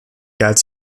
galt